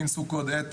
מין סוג של קוד אתי,